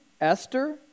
Esther